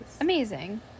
Amazing